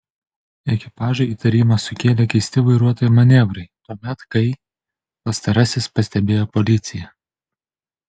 ekipažui įtarimą sukėlė keisti vairuotojo manevrai tuomet kai pastarasis pastebėjo policiją